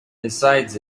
besides